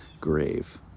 grave